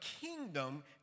kingdom